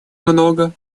много